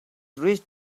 reached